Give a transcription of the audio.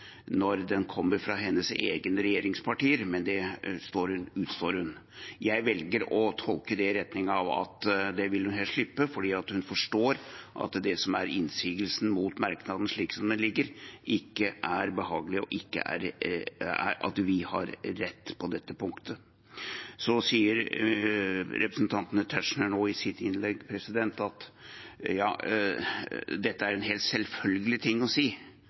når den kommer fra hennes egne regjeringspartier, men det avstår hun fra. Jeg velger å tolke det i retning av at det vil hun helst slippe, fordi hun forstår at det som er innsigelsen mot merknaden, slik den ligger, ikke er behagelig, og at vi har rett på dette punktet. Så sier representanten Tetzschner i sitt innlegg at dette er en helt selvfølgelig ting å si.